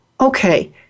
okay